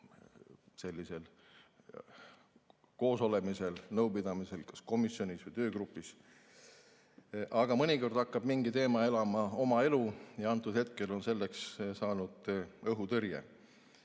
piiratud koosolemisel või nõupidamisel, kas komisjonis või töögrupis. Aga mõnikord hakkab mingi teema elama oma elu ja hetkel on selleks saanud õhutõrje.